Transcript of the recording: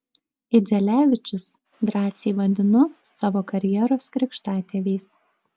idzelevičius drąsiai vadinu savo karjeros krikštatėviais